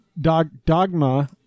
Dogma